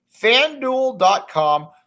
FanDuel.com